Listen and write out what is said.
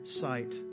sight